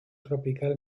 tropical